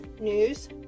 news